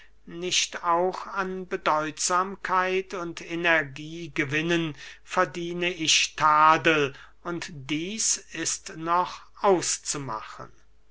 nicht auch an bedeutsamkeit und energie gewinnen verdiene ich tadel und dieß ist noch auszumachen